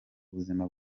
buzima